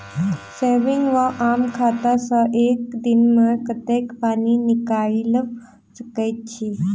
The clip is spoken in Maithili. सेविंग वा आम खाता सँ एक दिनमे कतेक पानि निकाइल सकैत छी?